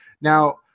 Now